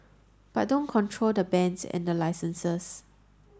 but don't control the bands and the licenses